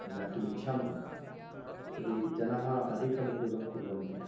ज्ञातुमिच्छामः तर्हि जनाः अधिकमुपयोगं कुर्वन्ति